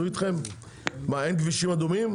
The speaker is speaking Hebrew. אין כבישים אדומים?